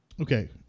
okay